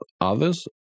others